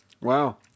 wow